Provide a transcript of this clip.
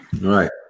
right